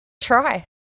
Try